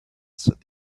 said